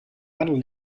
one